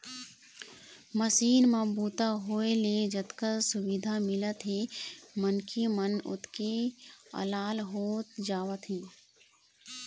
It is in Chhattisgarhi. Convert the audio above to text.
मसीन म बूता होए ले जतका सुबिधा मिलत हे मनखे मन ओतके अलाल होवत जावत हे